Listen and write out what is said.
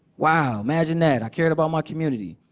wow, imagine that. i cared about my community.